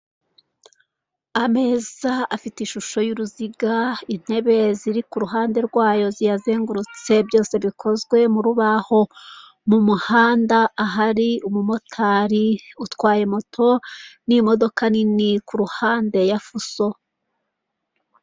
Ameza afite ishusho y'uruziga intebe ziri kuruhande rwayo ziyazengurutse, byose bikozwe mu rubaho, mu muhanda ahari umumotari utwaye moto, n'imodoka nini kuruhande ya fuso.